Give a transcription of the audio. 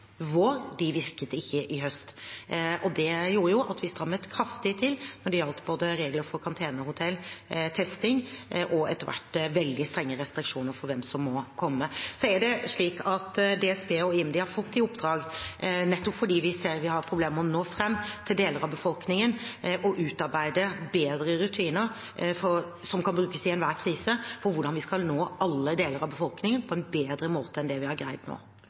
vår, virket ikke i høst. Det gjorde at vi strammet kraftig til når det gjaldt både regler for karantenehotell, testing og etter hvert veldig strenge restriksjoner for hvem som må komme. Så har DSB og IMDi fått i oppdrag – nettopp fordi vi ser vi har problemer med å nå fram til deler av befolkningen – å utarbeide bedre rutiner som kan brukes i enhver krise, for hvordan vi skal nå alle deler av befolkningen på en bedre måte enn vi har greid nå.